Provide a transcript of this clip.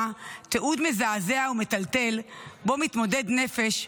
תיעוד מזעזע ומטלטל שבו מתמודד נפש,